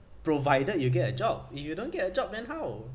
provided you get a job if you don't get a job then how